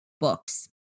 books